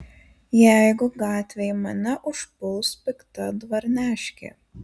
jeigu gatvėj mane užpuls pikta dvarneškė